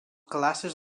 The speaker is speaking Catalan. classes